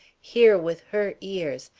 hear with her ears,